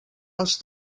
els